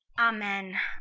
amen,